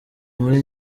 muri